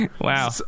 wow